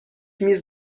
میز